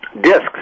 discs